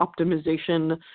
optimization